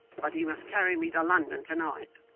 but he must carry me to london to-night